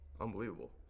unbelievable